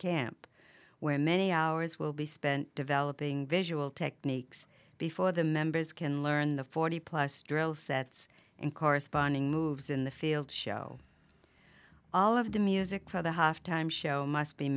camp where many hours will be spent developing visual techniques before the members can learn the forty plus drill sets and corresponding moves in the field show all of the music for the halftime show must be